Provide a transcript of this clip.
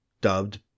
dubbed